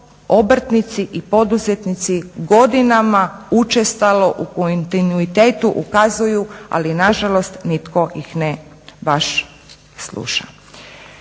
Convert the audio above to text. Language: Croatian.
obrtnici i poduzetnici godinama učestalo u kontinuitetu ukazuju ali nažalost nitko ih ne baš sluša.